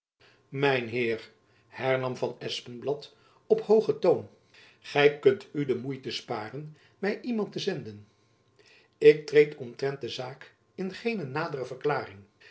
mijn heer hernam van espenblad op hoogen toon gy kunt u de moeite sparen my iemand te zenden ik treed omtrent de zaak in geene nadere verklaring